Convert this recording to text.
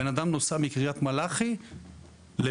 בן-אדם נוסע מקריית מלאכי לבלינסון,